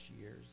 years